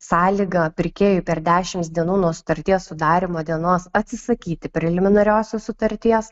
sąlyga pirkėjui per dešimt dienų nuo sutarties sudarymo dienos atsisakyti preliminariosios sutarties